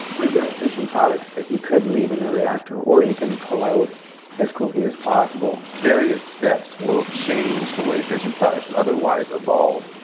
you have fission products that you could leave in the reactor or you can pull out as quickly as possible. various steps will change the way fission products otherwise evolve.